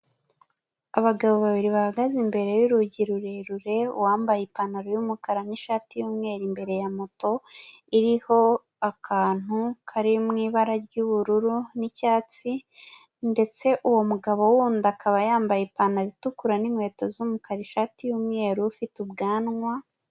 Abagabo babiri bahagaze imbere y'urugi rurerure, uwambaye ipantaro y'umukara n'ishati y'umweru, imbere ya moto iriho akantu kari mu ibara ry'ubururu n'icyatsi ndetse uwo mugabo wundi, akaba yambaye ipantaro itukura n'inkweto z'umukara ishati yumweru ufite ubwanwa.